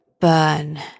burn